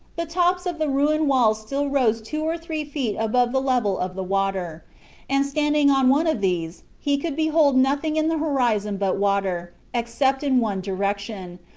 the tops of the ruined walls still rose two or three feet above the level of the water and, standing on one of these, he could behold nothing in the horizon but water, except in one direction,